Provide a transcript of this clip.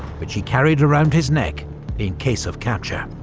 which he carried around his neck in case of capture.